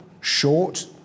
short